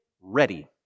ready